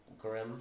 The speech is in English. grim